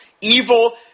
evil